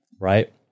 right